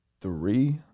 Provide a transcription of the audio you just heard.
three